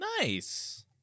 nice